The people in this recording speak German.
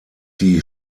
die